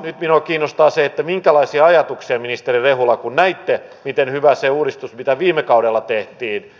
nyt minua kiinnostaa se minkälaisia ajatuksia ministeri rehula kun näitte miten hyvä se uudistus on mitä viime kaudella tehtiin